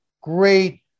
great